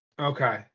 Okay